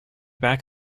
back